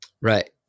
Right